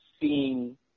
seeing